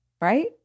right